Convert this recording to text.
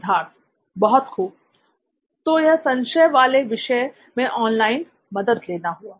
सिद्धार्थ बहुत खूब तो यह संशय वाले विषय में ऑनलाइन मदद लेना हुआ